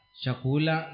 shakula